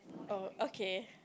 uh okay